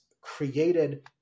created